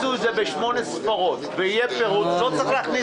בקשה מספר 022 05 הפנייה התקציבית נועדה להעביר